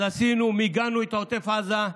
אז מיגנו את עוטף עזה,